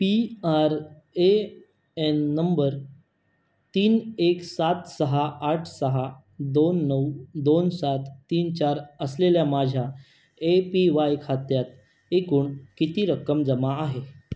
P R A N number तीन एक सात सहा आठ सहा दोन नऊ दोन सात तीन चार असलेल्या माझ्या ए पी वाय खात्यात एकूण किती रक्कम जमा आहे